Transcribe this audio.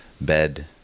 bed